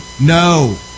no